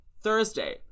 Thursday